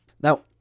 Now